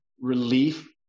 relief